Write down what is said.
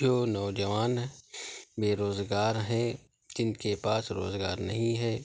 جو نوجوان ہیں بے روزگار ہیں جن کے پاس روزگار نہیں ہے